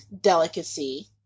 delicacy